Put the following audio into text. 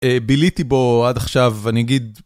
ביליתי בו עד עכשיו ואני אגיד.